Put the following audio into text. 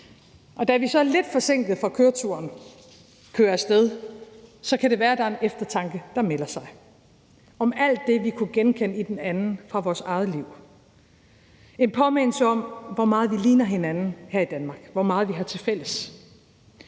Og da vi så lidt forsinkede fortsætter køreturen, kan det være, at der er en eftertanke, der melder sig om alt det, vi kunne genkende i den anden fra vores eget liv, en påmindelse om, hvor meget vi ligner hinanden her i Danmark, og hvor meget vi har tilfælles,